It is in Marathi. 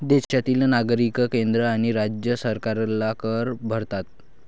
देशातील नागरिक केंद्र आणि राज्य सरकारला कर भरतात